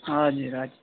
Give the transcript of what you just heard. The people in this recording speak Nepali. हजुर हजुर